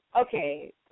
okay